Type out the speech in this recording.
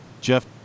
Jeff